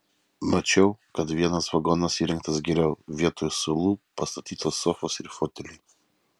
mačiau kad vienas vagonas įrengtas geriau vietoj suolų pastatytos sofos ir foteliai